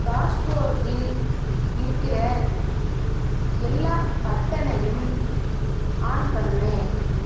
டாஷ்போர்டில் இருக்கிற எல்லா பட்டனையும் ஆன் பண்ணு